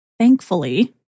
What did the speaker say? thankfully